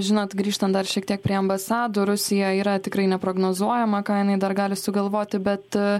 žinot grįžtant dar šiek tiek prie ambasadų rusija yra tikrai neprognozuojama ją jinai dar gali sugalvoti bet